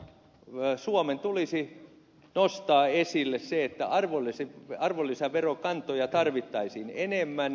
minusta suomen tulisi nostaa esille se että arvonlisäverokantoja tarvittaisiin enemmän